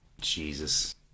Jesus